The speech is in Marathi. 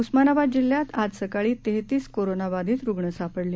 उस्मानाबाद जिल्ह्यात आज सकाळी तेहेतीस कोरोनाबादितरुग्ण सापडले